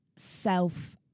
self